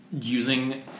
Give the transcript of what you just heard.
using